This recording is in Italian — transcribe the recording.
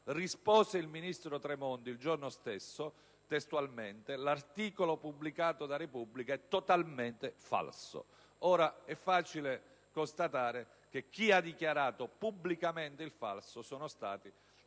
bilancio. Il ministro Tremonti il giorno stesso rispose testualmente: «L'articolo pubblicato da "la Repubblica" è totalmente falso». Ora è facile constatare che chi ha dichiarato pubblicamente il falso sono stati